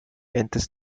enters